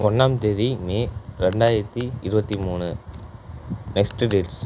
ஒன்றாம் தேதி மே ரெண்டாயிரத்து இருபத்தி மூணு நெக்ஸ்டு டேட்ஸ்